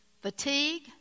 fatigue